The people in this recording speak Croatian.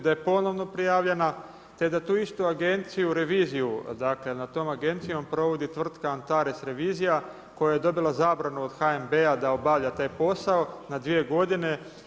Da je ponovno prijavljena te da tu istu agenciju, reviziju dakle nad tom agencijom provodi tvrtka Antares revizija koja je dobila zabranu od HNB-a da obavlja taj posao na 2 godine?